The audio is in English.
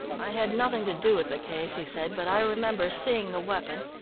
i had nothing to do with the case, he said, but i remember seeing the weapon,